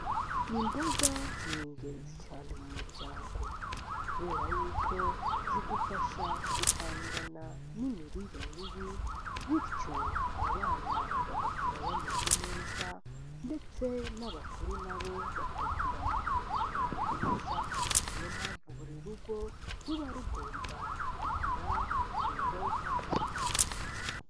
Imboga ni ingenzi cyane mu muryango kubera yuko zidufasha guhangana n'imirire mibi bityo abana bagakura bameze neza ndetse n'abakuru nabo bakagira ubuzima bwiza, ni yo mpamvu buri rugo ruba rugomba kugira imboga.